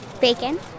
Bacon